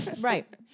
Right